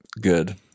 good